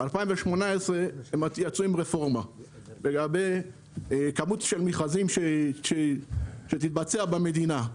ב-2018 הם יצאו עם רפורמה לגבי כמות של מכרזים שתתבצע במדינה.